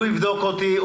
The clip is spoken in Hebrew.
הוא יבדוק אותך.